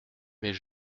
mais